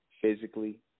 physically